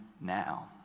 now